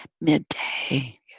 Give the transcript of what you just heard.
midday